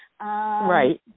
Right